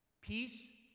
peace